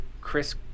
chris